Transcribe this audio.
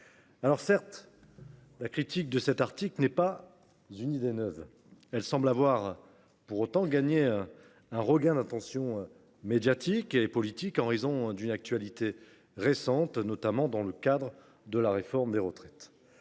Certes, la critique de cet article n’est pas une idée neuve ; elle semble avoir suscité un regain d’attention médiatique et politique en raison d’une actualité récente, notamment à l’occasion de la réforme des retraites.